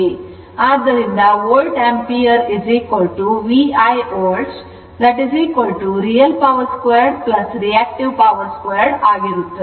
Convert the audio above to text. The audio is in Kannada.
ಆದ್ದರಿಂದ volt ampere VI volt real power 2 reactive power 2 ಆಗಿರುತ್ತದೆ